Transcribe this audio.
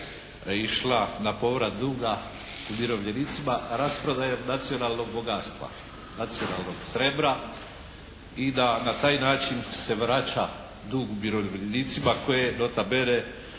išla na povrat duga umirovljenicima rasprodajom nacionalnog bogatstva, nacionalnog srebra i da na taj način se vraća dug umirovljenicima koje nota bene